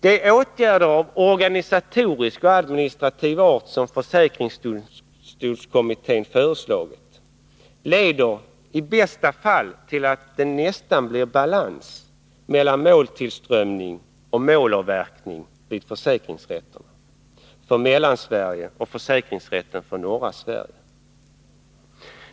De åtgärder av organisatorisk och administrativ art som försäkringsdomstolskommittén har föreslagit leder i bästa fall till att det nästan blir balans mellan måltillströmning och målavverkning i försäkringsrätten för Mellansverige och försäkringsrätten för norra Sverige.